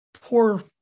poor